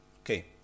Okay